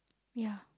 ya